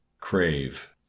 crave